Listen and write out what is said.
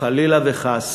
חלילה וחס,